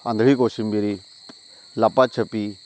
आंधळी कोशिंबिरी लपाछपी